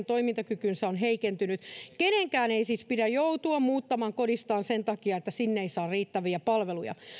toimintakykynsä on heikentynyt kenenkään ei siis pidä joutua muuttamaan kodistaan sen takia että sinne ei saa riittäviä palveluja